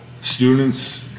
students